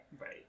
Right